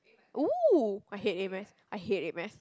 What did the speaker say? !woo! I hate A-math I hate A-math